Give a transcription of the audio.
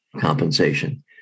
compensation